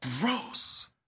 Gross